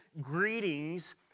greetings